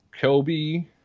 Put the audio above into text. Kobe